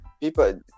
people